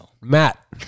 Matt